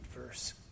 verse